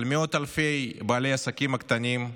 על מאות אלפי בעלי עסקים קטנים.